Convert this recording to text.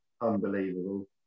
Unbelievable